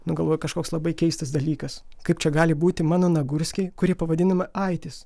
nu galvoju kažkoks labai keistas dalykas kaip čia gali būti mano nagurskiai kurie pavadinama aitis